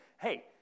Hey